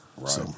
Right